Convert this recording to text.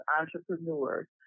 entrepreneurs